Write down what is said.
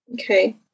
Okay